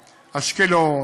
אשקלון,